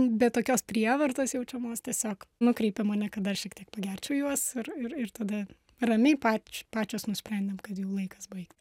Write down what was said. be tokios prievartos jaučiamos tiesiog nukreipė mane kad dar šiek tiek pagerčiau juos ir ir ir tada ramiai pač pačios nusprendėm kad jau laikas baigt